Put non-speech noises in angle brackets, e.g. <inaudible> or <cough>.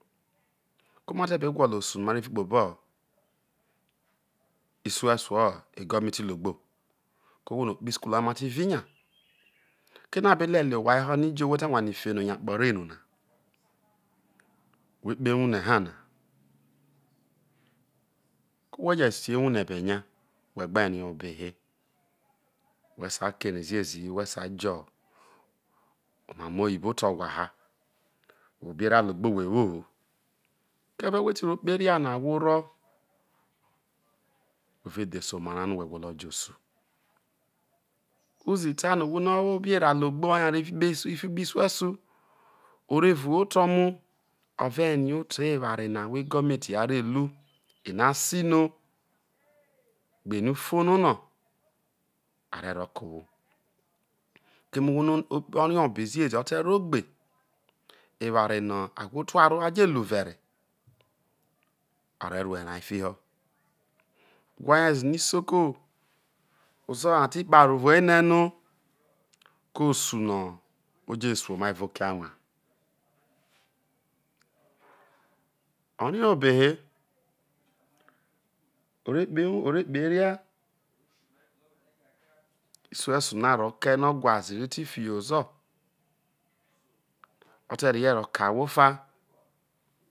Ko̱ mate be gwo̱lo̱ osu no̱ ma re vi kpobo <hesitation> isuesu egometi logbo ko̱ ohwo no okpoho isukulu ha ma re vi nya kene̱ a belelie owha ho no̱ ijo whe te̱ wanie fe no̱ yo akpo re nona <hesitation> whe kpoho ewuhre hana ko whe je sio ewuhre bu enya whe gbe rie obehe whe sai kere ziezi hi whe sai je omamo oyibo te owha ha obe era logbo whe woho keve wheti ro kpoho eria no̱ ahwo rro whe ve dhese oma ra no whe gwolo jo osu ta no̱ ohwo no̱ o wo obe era logbo oy a re vi kpe kpei kpe isuesu o re vuhu oto mu o̱ ve rie oto ewoma ahwo egometi a re ro eno a sino, gbe eno̱ u fonono a re̱ ro ke ohwo keme ohwo no̱ o̱ rie̱ obe ziezi o̱ te̱ rro ogbe e ware no̱ ahwo tuaro a je ro vere a re̱ ru erai fiho o wharie zeno isoko oze hai ti kparo viene no ko osuno oje suomai evao oke anwae <hesitation> o̱ rie obe he o re kpoho̱ iwu o̱ kpoho eria <hesitation> isuesu no̱ a rro kee no̱ o̱ wha ze ri ti fiho ozo̱ o̱ te rehie ro̱ ke̱ ahwoofa